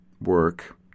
work